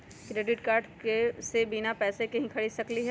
Credit card से बिना पैसे के ही खरीद सकली ह?